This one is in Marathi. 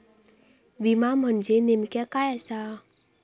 विमा म्हणजे नेमक्या काय आसा?